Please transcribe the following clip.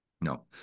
No